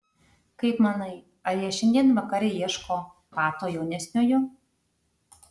kaip manai ar jie šiandien vakare ieško pato jaunesniojo